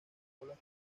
bolas